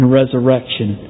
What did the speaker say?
resurrection